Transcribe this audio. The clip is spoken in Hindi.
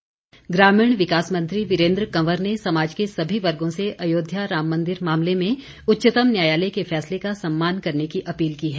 वीरेन्द्र कंवर ग्रामीण विकास मंत्री वीरेन्द्र कंवर ने समाज के सभी वर्गों से अयोध्या राम मंदिर मामले में उच्चतम न्यायालय के फैसले का सम्मान करने की अपील की है